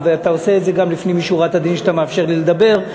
אתה גם נוהג לפנים משורת הדין שאתה מאפשר לי לדבר.